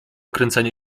kręcenie